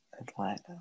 Atlanta